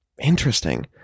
Interesting